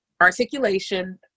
articulation